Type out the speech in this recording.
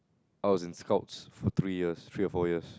I was in scouts for three years three or four years